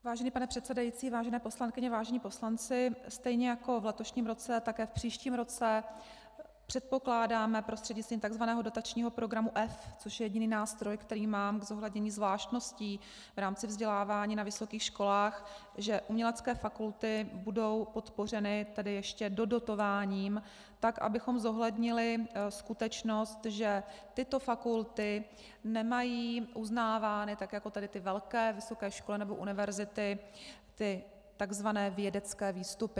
Vážený pane předsedající, vážené poslankyně, vážení poslanci, stejně jako v letošním roce, také v příštím roce předpokládáme prostřednictvím tzv. dotačního programu F, což je jediný nástroj, který mám k zohlednění zvláštností v rámci vzdělávání na vysokých školách, že umělecké fakulty budou podpořeny tedy ještě dodotováním tak, abychom zohlednili skutečnost, že tyto fakulty nemají uznávány tak jako ty velké vysoké školy nebo univerzity, ty tzv. vědecké výstupy.